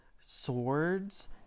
swords